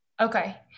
Okay